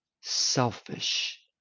selfish